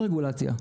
עוד רגולציה.